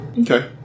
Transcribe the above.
Okay